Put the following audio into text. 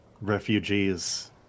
refugees